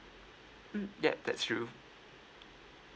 mm yup that's true